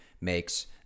makes